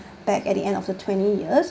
back at the end of the twenty years